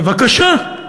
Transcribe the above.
בבקשה,